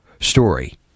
story